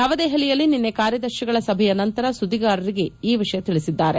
ನವದೆಪಲಿಯಲ್ಲಿ ನಿನ್ನೆ ಕಾರ್ಯದರ್ಶಿಗಳ ಸಭೆಯ ನಂತರ ಸುದ್ವಿಗಾರರಿಗೆ ಈ ವಿಷಯ ತಿಳಿಸಿದ್ದಾರೆ